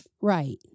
Right